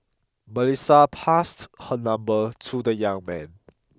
Melissa passed her number to the young man